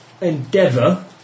endeavour